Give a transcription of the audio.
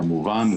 כמובן,